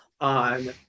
on